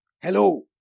Hello